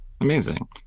Amazing